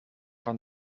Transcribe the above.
van